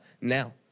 now